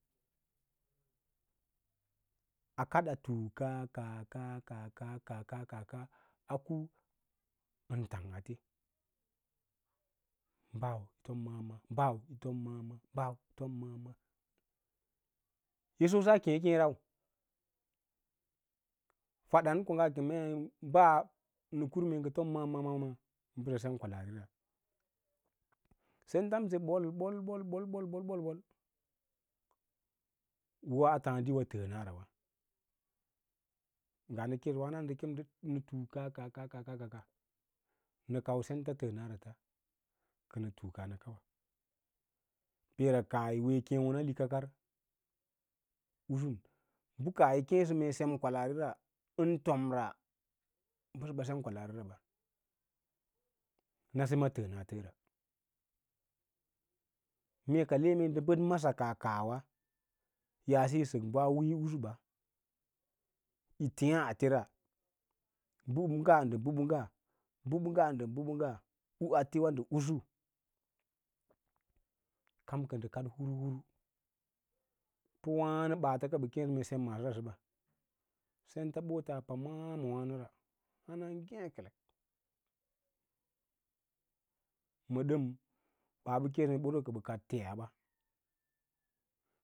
kaaka, kaaka, kaaka, kaaka, a kuu ən tang ate, ɓau tom maa maa, ɓau tom maa mag ɓau tom maa maa yi so saa keẽ keẽ rau fadan kongaa kemei ɓaa nə kura mee ngə tom maa maa maa bəsə sem kwəari ra sentamse ɓol, ɓol, ɓol, ɓol, ɓol, ɓol ua tǎǎɗiwa təənarawa ngaa nə keẽsəwa hana ngə kem ndə tuuka kaaka, kaaka kaaka, kaaka nə kau senta təənarats kə nə tuuka nə kauwa peera kaah yi wee keẽwǒn a likarkar usu bə kaah yi keẽsə mee yi sem kwəaari ra ən tom ra bəsəba sem kwəaarira ɓa nase ma təəna təəra mee ka le mee ndə bəd masakaa kaahwa yaase yi sək bəa wiĩ ꞌusuɓa yi têêya ate ra bəɓəngga ndə bəɓəngga bəɓəngga ndə bəɓəngga u atewa ndə usu kam kə ndə kaɗ huu huu pə wǎno ɓaata ka ɓa kěěsə mee sem maasora səba sents bota pamas ma wa’nora hana ngêkelek məə ɗəm ɓaa ɓə kěěsə mee boso kə bə kad teya ba.